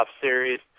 series